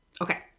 Okay